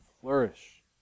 flourish